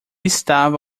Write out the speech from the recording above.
estava